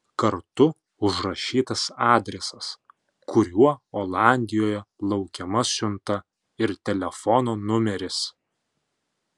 kartu užrašytas adresas kuriuo olandijoje laukiama siunta ir telefono numeris